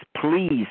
please